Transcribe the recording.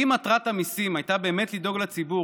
אם מטרת המיסים הייתה באמת לדאוג לציבור,